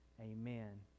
Amen